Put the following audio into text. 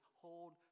hold